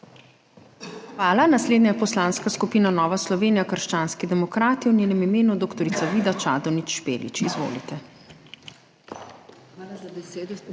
Hvala. Naslednja poslanska skupina, Nova Slovenija - krščanski demokrati, v njenem imenu dr. Vida Čadonič Špelič. Izvolite. DR.